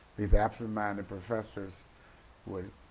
these absent-minded professors would